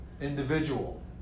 individual